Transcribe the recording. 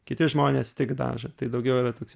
kiti žmonės tik dažo tai daugiau yra toks